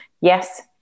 Yes